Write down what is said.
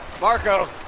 Marco